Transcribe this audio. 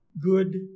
good